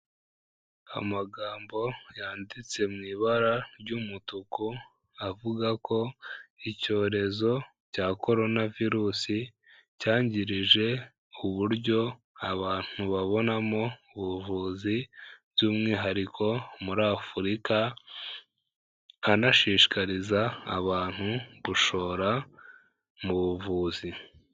Amagambo yanditse mu ibara ry'umutuku avuga ko icyorezo cya Korona virus cyangirije uburyo abantu babonamo ubuvuzi, by'umwihariko muri Afurika, anashishikariza abantu gushora mu buvuzi.